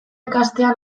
ikastea